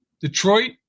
Detroit